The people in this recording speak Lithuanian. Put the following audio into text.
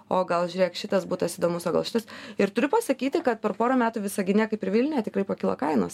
o gal žiūrėk šitas butas įdomus o gal šitas ir turiu pasakyti kad per porą metų visagine kaip ir vilniuje tikrai pakilo kainos